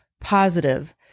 positive